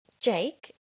Jake